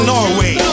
Norway